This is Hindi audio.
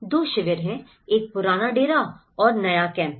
दो शिविर हैं एक पुराना डेरा और नया कैंप है